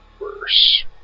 worse